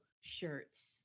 shirts